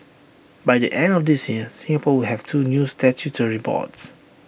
by the end of this year Singapore will have two new statutory boards